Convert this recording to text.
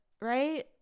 right